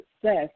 success